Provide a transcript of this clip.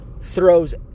throws